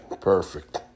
perfect